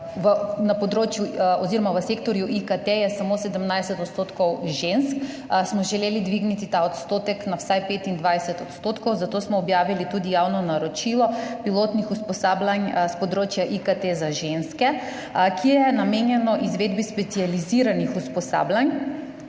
da je v Sloveniji v sektorju IKT samo 17 % žensk, smo želeli dvigniti ta odstotek na vsaj 25 %, zato smo objavili tudi javno naročilo pilotnih usposabljanj s področja IKT za ženske, ki je namenjeno izvedbi specializiranih usposabljanj